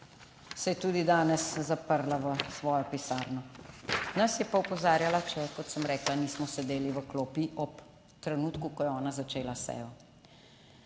se je tudi danes zaprla v svojo pisarno, nas je pa opozarjala, če kot sem rekla, nismo sedeli v klopi ob trenutku, ko je ona začela sejo.